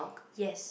yes